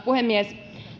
puhemies